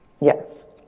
Yes